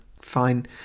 fine